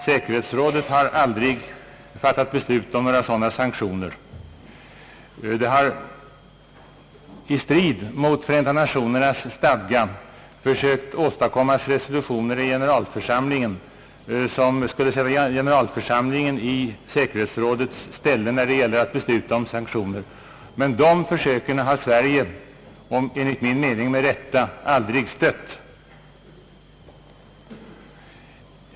Säkerhetsrådet har aldrig fattat beslut om några sådana sanktioner. Vissa länder har däremot i strid med Förenta Nationernas stadga försökt att åstadkomma resolutioner i generalförsamlingen som skulle sätta generalförsamlingen i säkerhetsrådets ställe när det gäller att besluta om sanktioner. Dessa försök har Sverige — enligt min mening med rätta — aldrig stött.